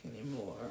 anymore